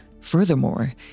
Furthermore